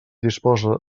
disposa